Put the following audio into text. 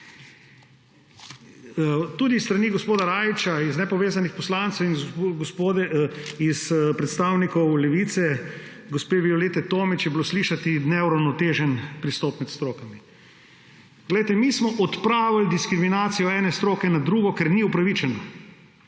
Tudi s strani gospoda Rajića iz nepovezanih poslancev in gospe iz predstavnikov Levice, gospe Violete Tomić, je bilo slišati: neuravnotežen pristop med strokami. Mi smo odpravili diskriminacijo ene stroke nad drugo, ker ni upravičena.